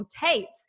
tapes